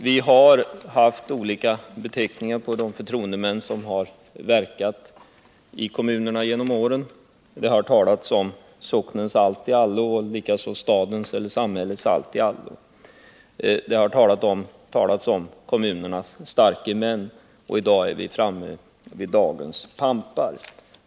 Det har förekommit olika beteckningar på förtroendemän som verkat i kommunerna genom åren. Det har talats om socknens alltiallo eller om stadens eller samhällets alltiallo. Det har talats om kommunens starke man, och nu är vi framme vid dagens pampar.